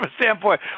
standpoint